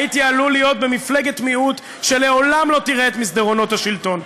הייתי עלול להיות במפלגת מיעוט שלעולם לא תראה את מסדרונות השלטון.